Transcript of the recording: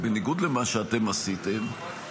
בניגוד למה שאתם עשיתם,